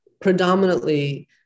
predominantly